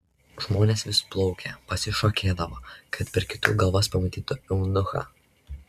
žmonės vis plaukė pasišokėdavo kad per kitų galvas pamatytų eunuchą